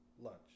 Lunch